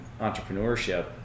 entrepreneurship